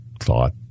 thought